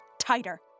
tighter